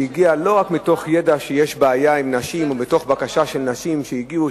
לא רק מתוך ידע שיש בעיה עם נשים או מתוך בקשה של נשים שהגיעו,